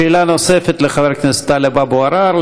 שאלה נוספת לחבר הכנסת טלב אבו עראר.